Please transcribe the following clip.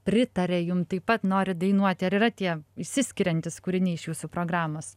pritaria jum taip pat nori dainuoti ar yra tie išsiskiriantys kūriniai iš jūsų programos